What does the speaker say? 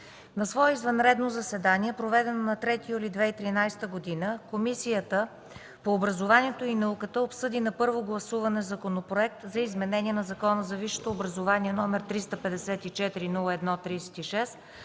На свое извънредно заседание, проведено на 3 юли 2013 г., Комисията по образованието и науката, обсъди на първо гласуване Законопроект за изменение на Закона за висшето образование, № 354-01-36,